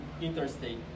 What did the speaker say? interstate